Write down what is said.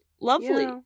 lovely